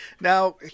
Now